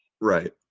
Right